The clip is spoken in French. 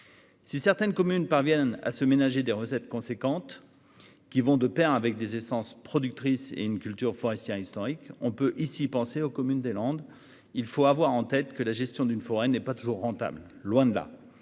Si certaines communes parviennent à se ménager des recettes substantielles, qui vont de pair avec des essences productrices et une culture forestière historique- on peut ici penser aux communes des Landes -, il faut avoir en tête que la gestion d'une forêt n'est pas toujours rentable, tant